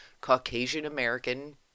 Caucasian-American